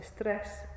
stress